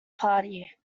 party